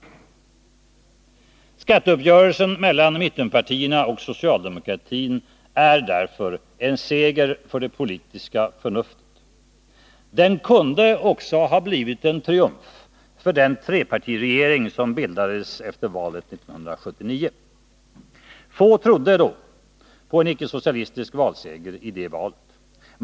Skatteuppgörelsen mellan mittenpartierna och socialdemokratin är därför en seger för det politiska förnuftet. Den kunde också ha blivit en triumf för den trepartiregering som bildades efter valet 1979. Få trodde på en icke-socialistisk valseger i det valet.